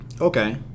Okay